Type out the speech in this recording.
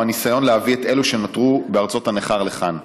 הוא הניסיון להביא את אלו שנותרו בארצות הנכר לכאן,